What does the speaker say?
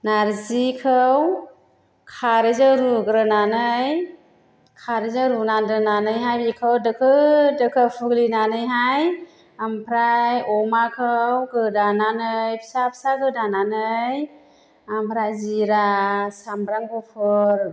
नार्जिखौ खारैजों रुग्रोनानै खारैजों रुना दोन्नानैहाय बेखौ दोखो दोखो फुग्लिनानैहाय आमफ्राय अमाखौ गोदानानै फिसा फिसा गोदानानै आमफ्राय जिरा सामब्राम गुफुर